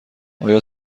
آیا